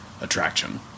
attraction